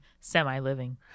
semi-living